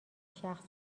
شخص